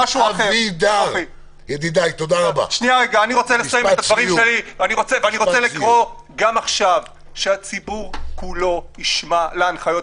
אני רוצה לקרוא גם עכשיו לכל הציבור לשמור על ההנחיות.